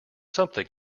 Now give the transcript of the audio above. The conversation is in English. something